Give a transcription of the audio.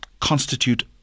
constitute